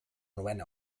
novena